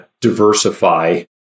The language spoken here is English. diversify